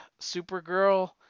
Supergirl